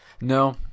No